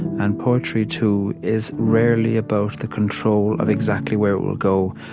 and poetry, too, is rarely about the control of exactly where we'll go.